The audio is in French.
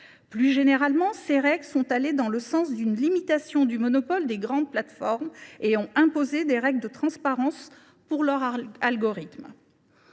Plus généralement, ces règles sont allées dans le sens d’une limitation du monopole des grandes plateformes, en imposant des règles de transparence à leurs algorithmes.